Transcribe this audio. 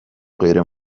غیر